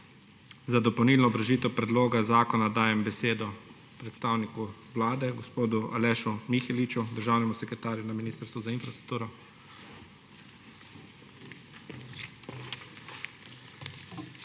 Za dopolnilno obrazložitev predloga zakona dajem besedo predstavniku Vlade gospodu Alešu Miheliču, državnemu sekretarju na Ministrstvu za infrastrukturo.